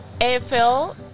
AFL